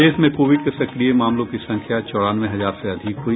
प्रदेश में कोविड के सक्रिय मामलों की संख्या चौरानवे हजार से अधिक हुई